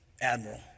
Admiral